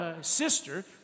sister